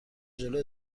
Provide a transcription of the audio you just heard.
جلو